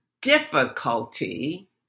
difficulty